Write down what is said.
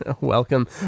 Welcome